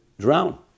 drown